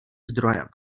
zdrojem